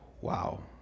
Wow